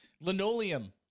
Linoleum